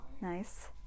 Nice